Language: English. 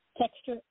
Texture